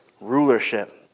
rulership